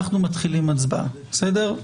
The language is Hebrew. אנחנו מתחילים הצבעה, בסדר?